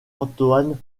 antoine